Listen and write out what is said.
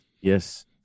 Yes